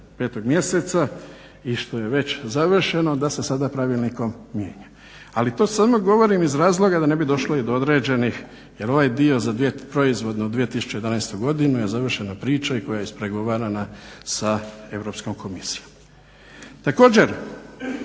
5. mjeseca i što je već završeno da se sada pravilnikom mijenja. Ali, to samo govorim iz razloga da ne bi došlo i do određenih jer ovaj dio za proizvodnu 2011. godinu je završena priča koja je ispregovarana sa Europskom komisijom. Također,